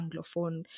Anglophone